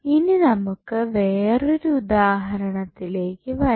ഇനി നമുക്ക് വേറൊരു ഉദാഹരണത്തിലേക്ക് വരാം